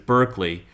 Berkeley